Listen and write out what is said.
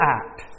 act